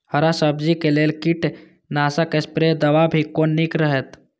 हरा सब्जी के लेल कीट नाशक स्प्रै दवा भी कोन नीक रहैत?